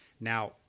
Now